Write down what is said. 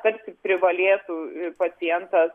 kad privalėtų pacientas